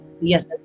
yes